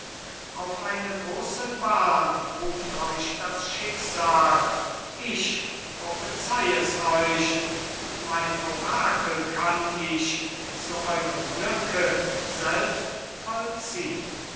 auf eine große bahn ruft euch das schicksal ich prophezei es euch und mein orakel kann ich zu eurem glücke selbst vollziehn